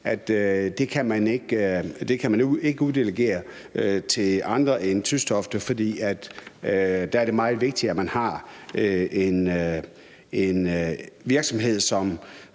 som man ikke kan uddelegere til andre end TystofteFonden, for det er meget vigtigt, at man har en virksomhed, som